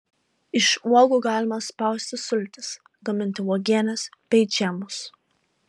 iš uogų galima spausti sultis gaminti uogienes bei džemus